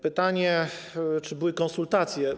Pytanie, czy były konsultacje.